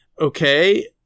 Okay